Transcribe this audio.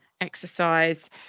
exercise